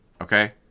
okay